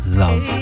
love